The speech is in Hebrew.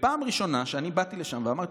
ופעם ראשונה שאני באתי לשם, ואמרתי: